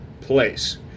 place